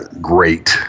great